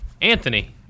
Anthony